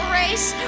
race